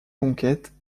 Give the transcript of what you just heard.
conquêtes